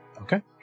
Okay